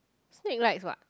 snack likes what